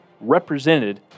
represented